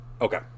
okay